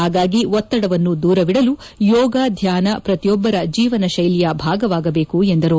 ಹಾಗಾಗಿ ಒತ್ತಡವನ್ನು ದೂರವಿಡಲು ಯೋಗ ಧ್ವಾನ ಪ್ರತಿಯೊಬ್ಬರ ಜೀವನ ತೈಲಿಯ ಭಾಗವಾಗಬೇಕು ಎಂದರು